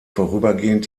vorübergehend